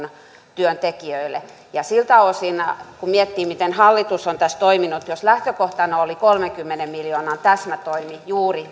työntekijöille siltä osin kun miettii miten hallitus on tässä toiminut niin jos lähtökohtana oli kolmenkymmenen miljoonan täsmätoimi juuri